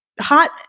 hot